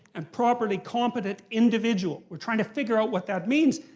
and properly competent individual. we're trying to figure out what that means.